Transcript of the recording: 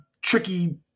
tricky